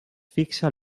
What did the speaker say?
fixa